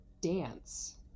dance